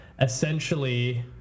essentially